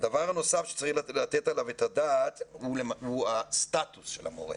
הדבר הנוסף שצריך לתת עליו את הדעת הוא הסטטוס של המורה.